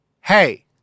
Hey